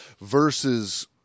versus